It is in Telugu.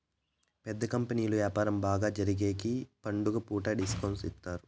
పెద్ద కంపెనీలు వ్యాపారం బాగా జరిగేగికి పండుగ పూట డిస్కౌంట్ ఇత్తారు